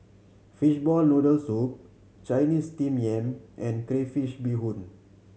fishball noodle soup Chinese steam yam and crayfish beehoon